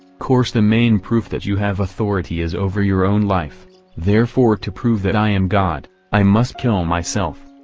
course the main proof that you have authority is over your own life therefore to prove that i am god i must kill myself.